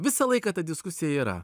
visą laiką ta diskusija yra